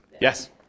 Yes